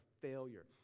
failure